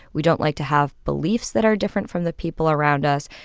we don't like to have beliefs that are different from the people around us.